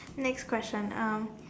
next question um